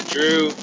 Drew